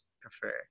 prefer